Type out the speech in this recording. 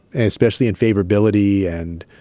and especially in favorability and